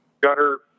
Gutter